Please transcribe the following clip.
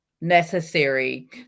necessary